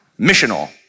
Missional